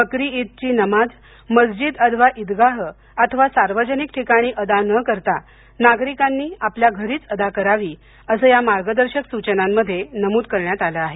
बकरी ईदची नमाज मस्जिद अथवा ईदगाह अथवा सार्वजनिक ठिकाणी अदा न करता नागरिकांनी आपल्या घरीच अदा करावी असं या मार्गदर्शक सूचनांमध्ये नमूद केलं आहे